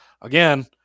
again